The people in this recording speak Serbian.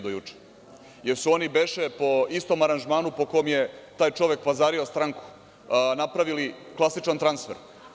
Da li su oni beše po istom aranžmanu po kome je taj čovek pazario stranku napravili klasičan transfer.